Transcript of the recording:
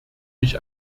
mich